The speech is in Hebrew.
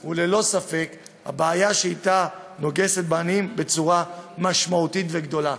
הוא ללא ספק הבעיה שנוגסת בעניים בצורה משמעותית וגדולה.